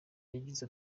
yagize